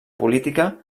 política